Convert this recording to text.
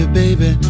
baby